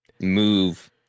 Move